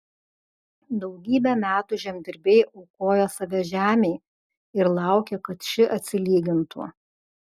daugybę metų žemdirbiai aukoja save žemei ir laukia kad ši atsilygintų